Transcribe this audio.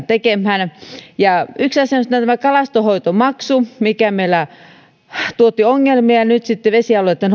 tekemään ja yksi asia on sitten kalastonhoitomaksu mikä meillä tuotti ongelmia ja nyt sitten vesialueitten